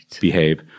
behave